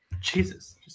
Jesus